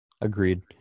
Agreed